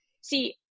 see